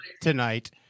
tonight